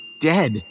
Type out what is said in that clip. dead